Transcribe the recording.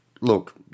Look